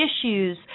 issues